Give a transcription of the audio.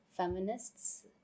feminists